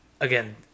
again